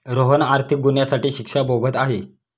रोहन आर्थिक गुन्ह्यासाठी शिक्षा भोगत आहे